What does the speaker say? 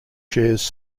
shares